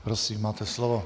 Prosím, máte slovo.